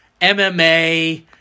MMA